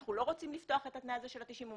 אנחנו לא רוצים לפתוח את התנאי הזה של 90 הימים,